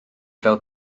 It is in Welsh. fel